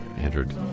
entered